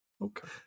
okay